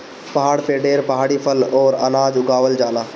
पहाड़ पे ढेर पहाड़ी फल अउरी अनाज उगावल जाला